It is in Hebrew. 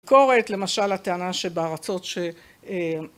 ביקורת, למשל, הטענה שבארצות ש...